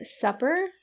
supper